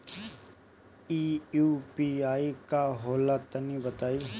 इ यू.पी.आई का होला तनि बताईं?